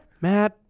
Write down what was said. Matt